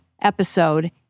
episode